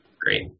Great